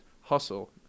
Hustle